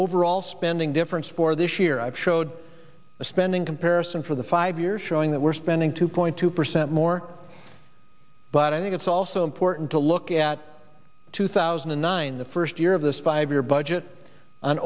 overall spending difference for this year i've showed a spending comparison for the five years showing that we're spending two point two percent more but i think it's also important to look at two thousand and nine the first year of this five year budget